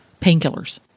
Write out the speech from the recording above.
painkillers